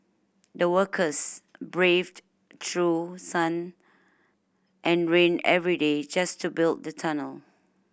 the workers braved through sun and rain every day just to build the tunnel